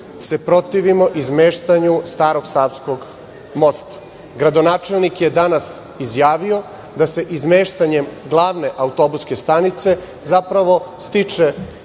se protivimo izmeštanju Starog savskog mosta. Gradonačelnik je danas izjavio da se izmeštanjem glavne autobuske stanice zapravo stiče